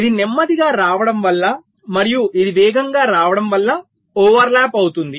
ఇది నెమ్మదిగా రావడం వల్ల మరియు ఇది వేగంగా రావడం వల్ల ఓవర్లాప్ అవుతుంది